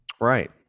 Right